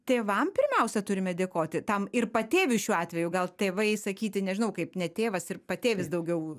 tėvam pirmiausia turime dėkoti tam ir patėviui šiuo atveju gal tėvai sakyti nežinau kaip ne tėvas ir patėvis daugiau